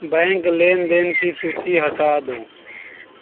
bank लेन देन की सूची हटा दो